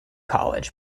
college